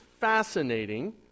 fascinating